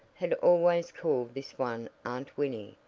had always called this one aunt winnie,